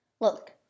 look